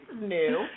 new